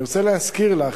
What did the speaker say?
אני רוצה להזכיר לך,